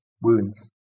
wounds